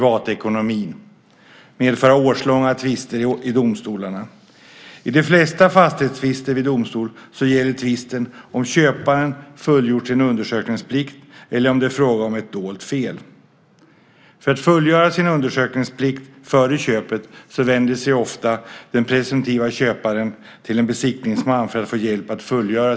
Det kan medföra årslånga tvister i domstolarna. I de flesta fastighetstvister i domstol gäller tvisten om köparen har fullgjort sin undersökningsplikt eller om det är fråga om ett dolt fel. För att fullgöra sin undersökningsplikt före köpet vänder sig ofta den presumtiva köparen till en besiktningsman för att få hjälp.